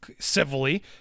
civilly